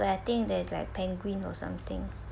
where I think there's like penguin or something